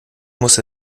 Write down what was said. musste